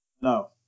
No